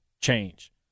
change